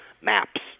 maps